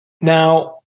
Now